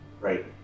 Right